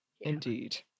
Indeed